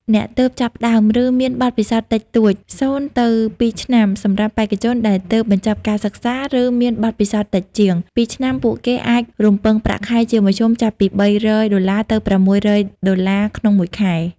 អ្នកទើបចាប់ផ្តើម ឬមានបទពិសោធន៍តិចតួច (0ទៅ2 ឆ្នាំ) សម្រាប់បេក្ខជនដែលទើបបញ្ចប់ការសិក្សា ឬមានបទពិសោធន៍តិចជាង ២ ឆ្នាំ ពួកគេអាចរំពឹងប្រាក់ខែជាមធ្យមចាប់ពី $300 ទៅ $600+ ក្នុងមួយខែ។